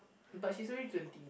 but she is already twenty